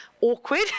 awkward